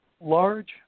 large